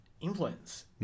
influence